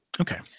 Okay